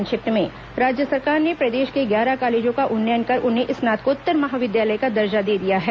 संक्षिप्त समाचार राज्य सरकार ने प्रदेश के ग्यारह कॉलेजों का उन्नयन कर उन्हें स्नातकोत्तर महाविद्यालय का दर्जा दे दिया है